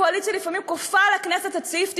הקואליציה לפעמים כופה על הכנסת את סעיף 98,